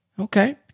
Okay